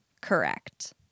correct